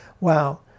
Wow